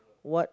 what